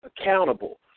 accountable